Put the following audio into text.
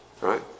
right